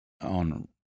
on